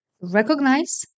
recognize